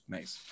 Nice